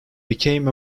became